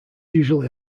usually